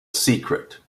secret